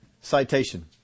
citation